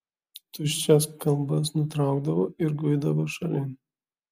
tuščias kalbas nutraukdavo ir guidavo šalin